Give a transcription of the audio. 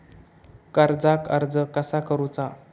कर्जाक अर्ज कसा करुचा?